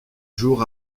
jour